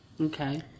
Okay